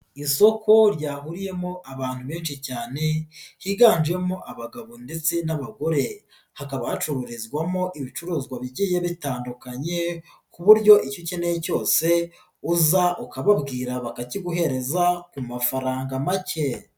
Isoko ryahuriyemo abantu benshi cyane, higanjemo abagabo ndetse n'abagore. Hakaba hacuruzwamo ibicuruzwa bigiye bitandukanye ku buryo icyo ukeneye cyose uza ukababwira bakakiguhereza ku mafaranga make.